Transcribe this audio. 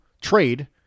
trade